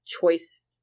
choice